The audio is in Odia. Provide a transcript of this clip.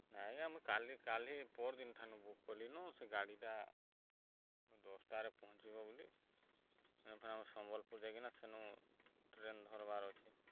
ନାଇଁ ଆଜ୍ଞା ମୁଁ କାଲି କାଲି ପର୍ଦିନ୍ ଠାନୁ ବୁକ୍ କଲିନ ସେ ଗାଡ଼ିଟା ଦଶ୍ଟାରେ ପହଞ୍ଚିବ ବୋଲି ଏନୁ ଫେର୍ ଆମେ ସମ୍ବଲପୁର୍ ଯାଇକିନା ସେନୁ ଟ୍ରେନ୍ ଧର୍ବାର୍ ଅଛେ